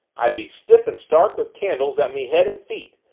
i'd be stiff and stark with candles at me head and feet,